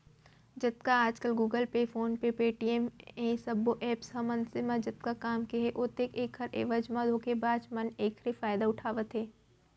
जतका आजकल Google Pay, PhonePe, Paytm ए सबो ऐप्स ह मनसे म जतका काम के हे ओतके ऐखर एवज म धोखेबाज मन एखरे फायदा उठावत हे